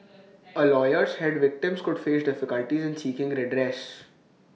A lawyer said victims could face difficulties seeking redress